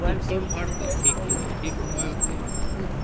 উত্তৰ ভাৰতত সেইখিনি সেই সময়তে কুশ